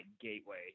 gateway